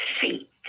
feet